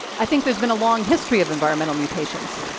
i think there's been a long history of environmental mutations.